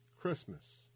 Christmas